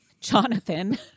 Jonathan